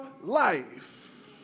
life